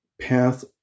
path